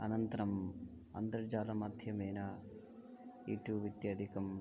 अनन्तरम् अन्तर्जालमाध्यमेन यूट्यूब् इत्यादिकं